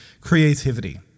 creativity